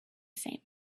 same